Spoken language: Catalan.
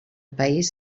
país